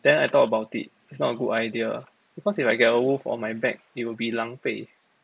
then I thought about it it's not a good idea because if I get a wolf on my back it will be 狼狈